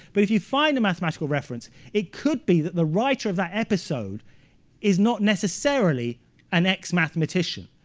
but if you find a mathematical reference it could be that the writer of that episode is not necessarily an ex-mathematician.